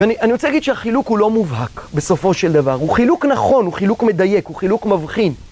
אני אני רוצה להגיד שהחילוק הוא לא מובהק בסופו של דבר, הוא חילוק נכון, הוא חילוק מדייק, הוא חילוק מבחין.